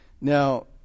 now